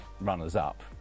runners-up